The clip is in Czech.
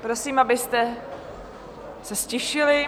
Prosím, abyste se ztišili.